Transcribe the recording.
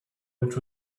which